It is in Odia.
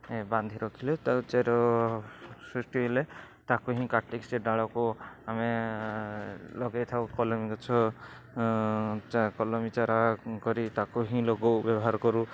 ବାନ୍ଧି ରଖିଲେ ତା'ର ଚେର ସୃଷ୍ଟି ହେଲେ ତାକୁ ହିଁ କାଟିକି ସେ ଡାଳକୁ ଆମେ ଲଗେଇଥାଉ କଲମୀ ଗଛ ଯା କଲମୀ ଚାରା କରି ତାକୁ ହିଁ ଲଗାଉ ବ୍ୟବହାର କରୁ